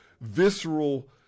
visceral